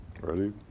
Ready